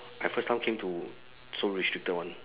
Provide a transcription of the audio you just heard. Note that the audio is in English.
I first time came to so restricted one